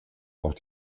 auch